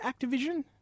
Activision